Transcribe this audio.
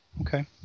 Okay